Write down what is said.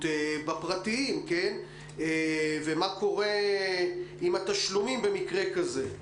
בפרטיים ומה קורה עם התשלומים במקרה כזה?